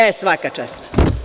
E, svaka čast.